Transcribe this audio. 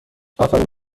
آفرین